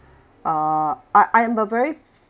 uh I I'm a very